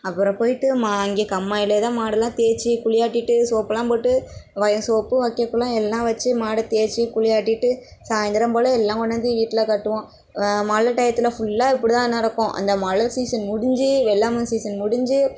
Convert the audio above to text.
அப்புறம் போய்ட்டு ம அங்கே கம்மாயிலேதான் மாடெல்லாம் தேய்ச்சி குளியாட்டிட்டு சோப்பெலாம் போட்டு வ சோப்பு வக்கப்புல்லாம் எல்லாம் வச்சு மாடை தேய்ச்சி குளியாட்டிட்டு சாயந்தரம் போல் எல்லாம் கொண்டாந்து வீட்டில கட்டுவோம் மழை டயத்தில் ஃபுல்லா இப்படிதான் நடக்கும் அந்த மழை சீசன் முடிஞ்சு வெள்ளாமை சீசன் முடிஞ்சு